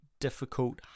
difficult